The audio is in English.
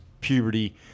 puberty